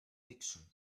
fiction